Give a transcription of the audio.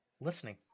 Listening